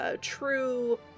true